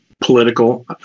political